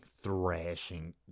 thrashing